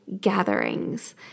Gatherings